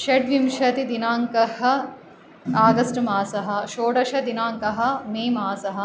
षड्विंशतिदिनाङ्कः आगस्ट् मासः षोडशदिनाङ्कः मे मासः